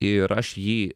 ir aš jį